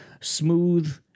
smooth